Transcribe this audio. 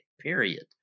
Period